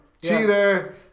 Cheater